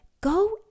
Go